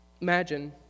Imagine